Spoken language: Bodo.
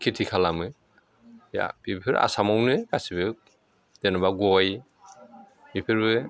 खेथि खालामो बेफोर आसामावनो गासैबो जेनेबा गय बेफोरबो